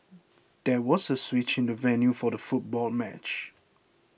there was a switch in the venue for the football match